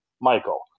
Michael